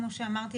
כמו שאמרתי,